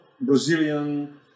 Brazilian